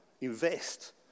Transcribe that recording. Invest